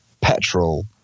petrol